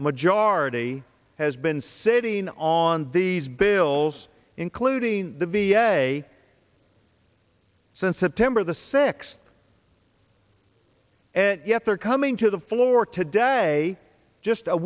majority has been sitting on these bills including the v a since september the six and yet they're coming to the floor today just a